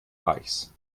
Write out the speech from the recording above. reichs